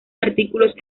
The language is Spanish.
artículos